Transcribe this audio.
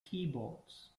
keyboards